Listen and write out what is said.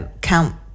count